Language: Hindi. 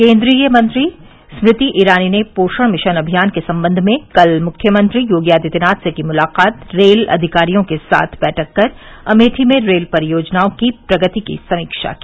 केन्द्रीय मंत्री स्ग्रति ईरानी ने पोषण मिशन अभियान के संबंध में कल मुख्यमंत्री योगी आदित्यनाथ से की मुलाकात रेल अधिकारियों के साथ बैठक कर अमेठी में रेल परियोजनाओं की प्रगति की समीक्षा की